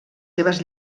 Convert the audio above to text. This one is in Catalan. seves